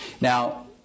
Now